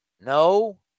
No